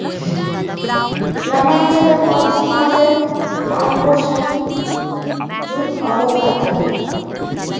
নানান জাতের পরজীব মাছের কানকোর সাথি যুত অবস্থাত থাকি